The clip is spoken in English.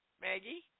Maggie